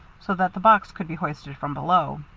so that the box could be hoisted from below.